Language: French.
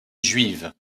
juive